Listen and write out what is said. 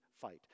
fight